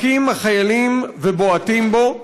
מכים החיילים ובועטים בו.